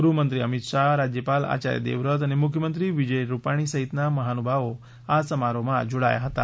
ગૃહમંત્રી અમિત શાહ રાજ્યપાલ આચાર્ય દેવવ્રત અને મુખ્યમંત્રી વિજય રૂપાણી સહિતના મહાનુભાવો આ સમારોહમાં જોડાથા હતા